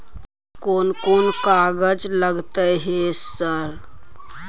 कोन कौन कागज लगतै है सर?